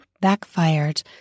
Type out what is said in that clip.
Backfired